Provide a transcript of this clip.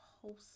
wholesome